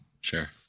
Sure